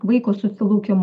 vaiko susilaukimo